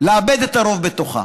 לאבד את הרוב בתוכה.